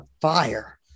fire